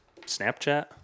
Snapchat